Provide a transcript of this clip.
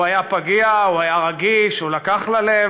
הוא היה פגיע, הוא היה רגיש, הוא לקח ללב.